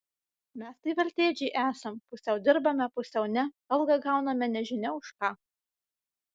mes tai veltėdžiai esam pusiau dirbame pusiau ne algą gauname nežinia už ką